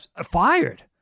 fired